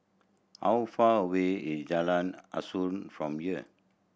how far away is Jalan Asuhan from here